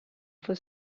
for